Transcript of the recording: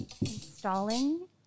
installing